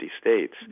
states